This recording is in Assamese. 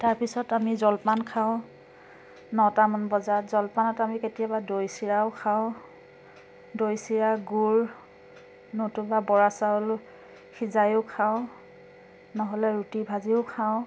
তাৰ পিছত আমি জলপান খাওঁ নটামান বজাত জলপানত আমি কেতিয়াবা দৈ চিৰাও খাওঁ দৈ চিৰা গুড় নতুবা বৰা চাউল সিজায়ো খাওঁ নহ'লে ৰুটি ভাজিও খাওঁ